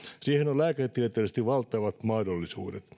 siihen on lääketieteellisesti valtavat mahdollisuudet